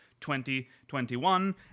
2021